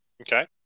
Okay